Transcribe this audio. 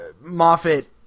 Moffat